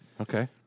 Okay